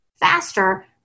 faster